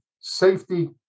safety